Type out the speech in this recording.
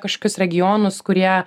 kažkokius regionus kurie